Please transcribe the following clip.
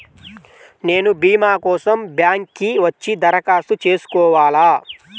నేను భీమా కోసం బ్యాంక్కి వచ్చి దరఖాస్తు చేసుకోవాలా?